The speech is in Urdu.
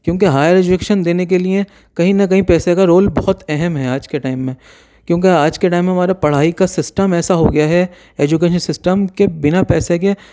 کیونکہ ہائر ایجوکیشن دینے کے لیے کہیں نہ کہیں پیسے کا رول بہت اہم ہیں آج کے ٹائم میں کیونکہ آج کے ٹائم میں ہمارے پڑھائی کا سسٹم ایسا ہو گیا ہے ایجوکیشن سسٹم کہ بنا پیسے کے